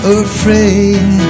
afraid